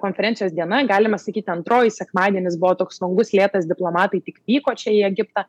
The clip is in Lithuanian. konferencijos diena galime sakyti antroji sekmadienis buvo toks vangus lėtas diplomatai tik vyko čia į egiptą